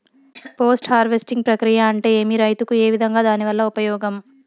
Post harvesting ప్రక్రియ అంటే ఏమి? రైతుకు ఏ విధంగా దాని వల్ల ఉపయోగం?